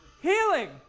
Healing